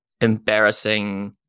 embarrassing